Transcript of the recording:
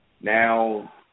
Now